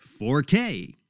4K